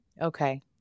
Okay